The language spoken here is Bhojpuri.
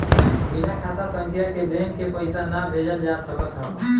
बिना खाता संख्या के बैंक के पईसा ना भेजल जा सकत हअ